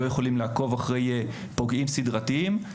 לא יכולים לעקוב אחרי פוגעים סדרתיים,